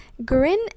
Grin